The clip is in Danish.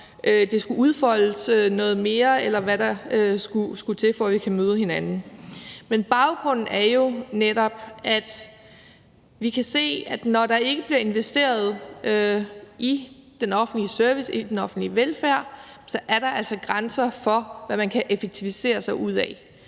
det skulle udfoldes noget mere, eller hvad der skulle til, for at vi kan møde hinanden. Men baggrunden er jo netop, at vi kan se, at når der ikke bliver investeret i den offentlige service, i den offentlige velfærd, så er der altså grænser for, hvad man kan effektivisere sig ud af.